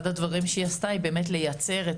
אחד הדברים שהיא עשתה זה באמת לייצר את